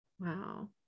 Wow